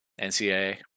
NCAA